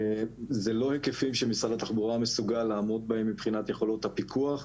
זה לא היקפים שמשרד התחבורה מסוגל לעמוד בהם מבחינת יכולות הפיקוח,